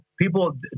people